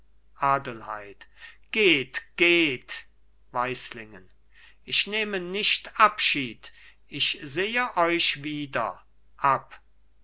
adelheid geht geht weislingen ich nehme nicht abschied ich sehe euch wieder